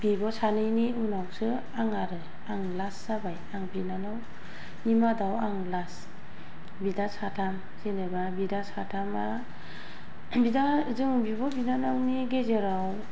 बिब' सानैनि उनावसो आं आरो आं लास्त जाबाय आं बिनानावनि मादाव आं लास्त बिदा साथाम जेनेबा बिदा साथामा बिदा जों बिब' बिनानावनि गेजेराव